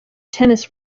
tennis